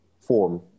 form